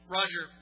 Roger